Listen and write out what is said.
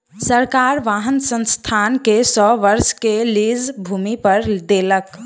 सरकार वाहन संस्थान के सौ वर्ष के लीज भूमि पर देलक